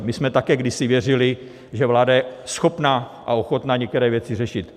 My jsme také kdysi věřili, že vláda je schopna a ochotna některé věci řešit.